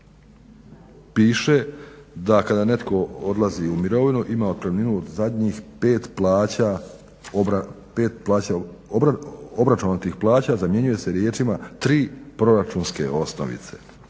piše da kada netko odlazi u mirovinu ima otpremninu od zadnjih pet plaća obračunom tih plaća zamjenjuje se riječima tri proračunske osnovice.